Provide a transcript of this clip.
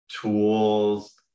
tools